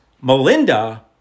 Melinda